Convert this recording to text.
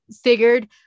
figured